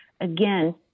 Again